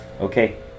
Okay